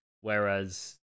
Whereas